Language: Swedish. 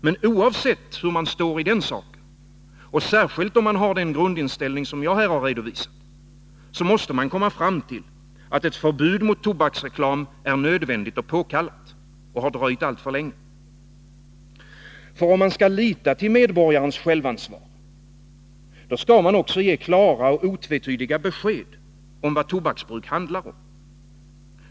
Men oavsett hur man står i den saken, och särskilt om man har den grundinställningen som jag här har redovisat, måste man komma fram till att ett förbud mot tobaksreklam är nödvändigt och påkallat. Det har dröjt alltför länge. För om man skall lita till medborgarens självansvar, då skall man också ge klara och otvetydiga besked om vad tobaksbruk handlar om.